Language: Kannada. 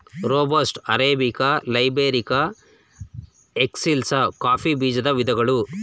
robusta, arabica, liberica, excelsa coffee ಬೀಜದ ವಿಧಗಳು